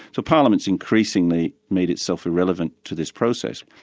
so parliament's increasingly made itself irrelevant to this process,